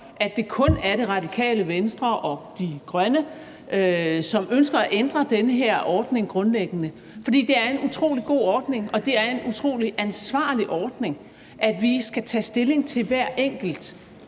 at det kun er Radikale Venstre og Frie Grønne, som ønsker at ændre den her ordning grundlæggende, for det er en utrolig god ordning og det er en utrolig ansvarlig ordning, at vi skal tage stilling til hver enkelt